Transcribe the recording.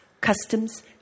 customs